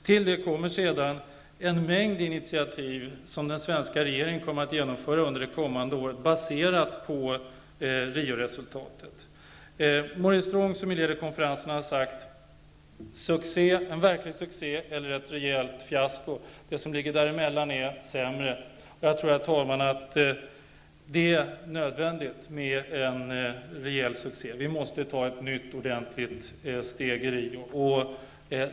Till detta kommer sedan en mängd initiativ som den svenska regeringen kommer att ta under ett kommande år baserade på resultaten från Rio. Maurice Strong har sagt: En verklig succé eller ett rejält fiasko. Det som ligger där emellan är sämre. Jag tror, herr talman, att det är nödvändigt med en rejäl succé. Vi måste ta ett nytt ordentligt steg i Rio.